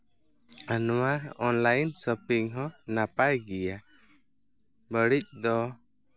ᱟᱨ ᱱᱚᱣᱟ online shopping ᱦᱚᱸ ᱱᱟᱯᱟᱭ ᱜᱮᱭᱟ ᱵᱟᱹᱲᱤᱡ ᱫᱚ